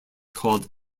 called